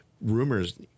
rumors